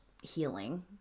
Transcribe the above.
healing